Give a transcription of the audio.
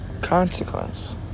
consequence